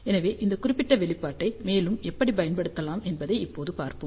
எனவே இந்த குறிப்பிட்ட வெளிப்பாட்டை மேலும் எப்படி பயன்படுத்தப்படலாம் என்று இப்போது பார்ப்போம்